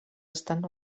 estan